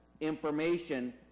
information